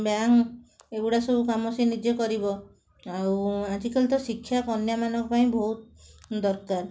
bank ଏଗୁଡ଼ା ସବୁ କାମ ସିଏ ନିଜେ କରିବ ଆଉ ଆଜିକାଲି ତ ଶିକ୍ଷା କନ୍ୟାମାନଙ୍କ ପାଇଁ ବହୁତ ଦରକାର